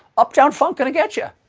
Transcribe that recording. uptown funk gonna get ya.